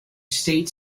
state